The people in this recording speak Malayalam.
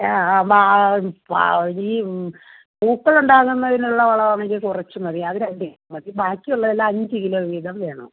വാ വാഴീ പൂക്കളുണ്ടാകുന്നതിനുള്ള വളം ആണെങ്കിൽ കുറച്ച് മതി അത് രണ്ട് കിലോ മതി ബാക്കിയുള്ളതെല്ലാം അഞ്ച് കിലോ വീതം വേണം